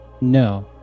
No